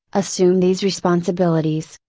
assume these responsibilities.